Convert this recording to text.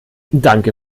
danke